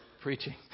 preaching